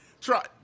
try